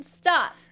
Stop